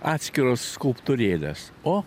atskiras skulptūrėles o